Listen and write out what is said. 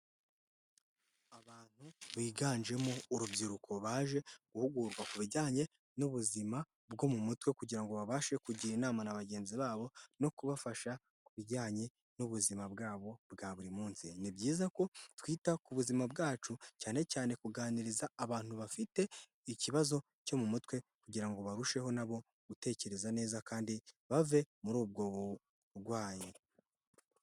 Abantu biganjemo urubyiruko baje guhugurwa ku bijyanye n'ubuzima bwo mu mutwe kugira ngo babashe kugira inama na bagenzi babo no kubafasha ku bijyanye n'ubuzima bwabo bwa buri munsi, ni byiza ko twita ku buzima bwacu cyane cyane kuganiriza abantu bafite ikibazo cyo mu mutwe kugira ngo barusheho nabo gutekereza neza kandi bave muri ubwo burwayi.